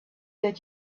that